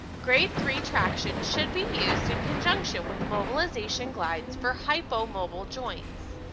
grade-three traction should be used in conjunction with mobilization glides for hypomobile joints.